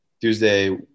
Tuesday